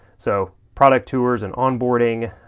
so, product tours and onboarding,